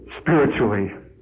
spiritually